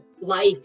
life